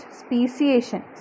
speciation